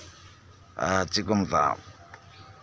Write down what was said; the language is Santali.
ᱮᱸᱜ ᱪᱮᱫ ᱠᱚ ᱢᱮᱛᱟᱜᱼᱟ